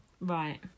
Right